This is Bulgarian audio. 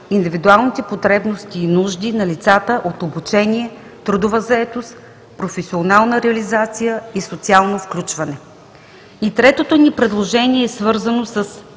индивидуалните потребности и нужди на лицата от обучение, трудова заетост, професионална реализация и социално включване. И третото ни предложение е свързано с